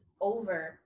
over